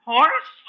Horse